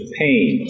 pain